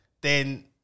then-